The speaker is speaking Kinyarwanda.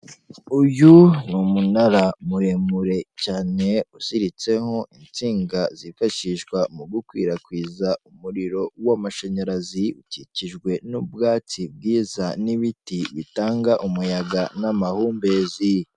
Uyu ni umunara muremure cyane uziritseho insinga zifashishwa mu gukwirakwiza umuriro w'amashanyarazi, ukikijwe n'ubwawutsi bwiza n'ibiti bitanga umuyaga n'amahumbezi.